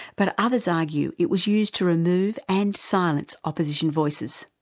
but others argue it was used to remove and silence opposition voices.